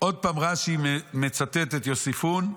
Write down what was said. עוד פעם רש"י מצטט את יוסיפון,